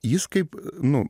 jis kaip nu